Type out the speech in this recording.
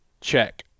check